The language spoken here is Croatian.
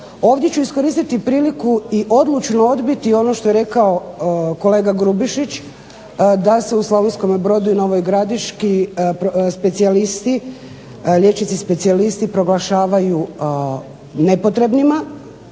Ovdje ću iskoristiti priliku i odlučno odbiti ono što je rekao kolega Grubišić, da se u Slavonskome Brodu i Novoj Gradiški specijalisti, liječnici specijalisti proglašavaju nepotrebnima.